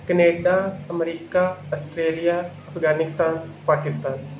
Canada America Australia Afghanistan Pakistan